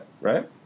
right